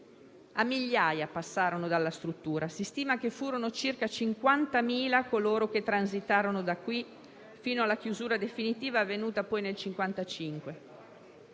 A migliaia passarono dalla struttura. Si stima che furono circa 50.000 coloro che transitarono da qui, fino alla sua chiusura definitiva avvenuta nel 1955.